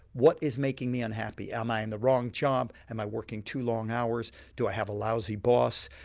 what is making me unhappy? am i in the wrong job, am i working too long hours, do i have a lousy boss?